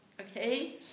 okay